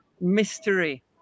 mystery